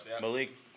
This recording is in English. Malik